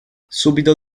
subito